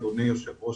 אדוני היושב-ראש,